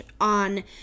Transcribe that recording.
on